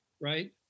right